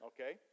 Okay